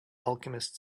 alchemist